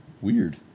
Weird